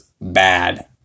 bad